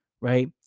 right